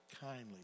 kindly